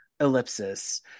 ellipsis